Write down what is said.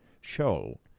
show